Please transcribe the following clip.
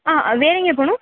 ஆ வேறேங்க போகணும்